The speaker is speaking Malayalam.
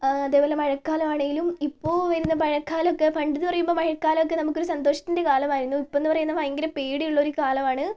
അതേപോലെ മഴക്കാലം ആണെങ്കിലും ഇപ്പോൾ വരുന്ന മഴക്കാലം ഒക്കെ പണ്ടെന്ന് പറയുമ്പോൾ മഴക്കാലമൊക്കെ നമുക്കൊരു സന്തോഷത്തിൻ്റെ കാലമായിരുന്നു ഇപ്പം എന്നു പറയുന്നത് ഭയങ്കര പേടിയുള്ള ഒരു കാലമാണ്